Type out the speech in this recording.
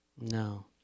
No